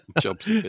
Jobs